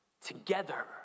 Together